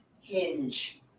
hinge